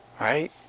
right